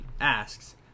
asks